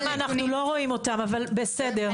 שם אנחנו לא רואים אותם, אבל בסדר.